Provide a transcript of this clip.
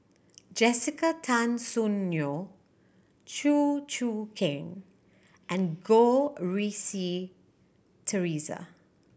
Jessica Tan Soon Neo Chew Choo Keng and Goh Rui Si Theresa